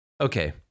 Okay